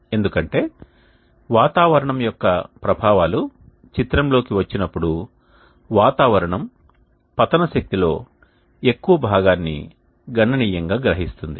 ఎందుకంటే వాతావరణం యొక్క ప్రభావాలు చిత్రంలోకి వచ్చి నప్పుడు వాతావరణం పతన శక్తిలో ఎక్కువ భాగాన్ని గణనీయంగా గ్రహిస్తుంది